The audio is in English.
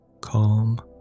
Calm